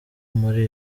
muri